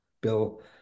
bill